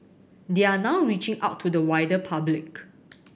they are now reaching out to the wider public